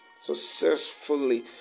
successfully